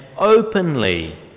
openly